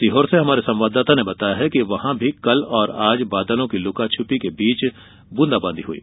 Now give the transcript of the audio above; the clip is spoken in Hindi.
सीहोर से हमारे संवाददाता ने बताया है कि कल और आज बादलों की लुका छिपी के बीच बुंदाबादी हुई